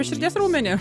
širdies raumenį